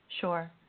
sure